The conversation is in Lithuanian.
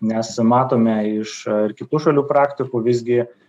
nes matome iš kitų šalių praktikų visgi